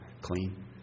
clean